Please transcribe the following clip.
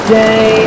day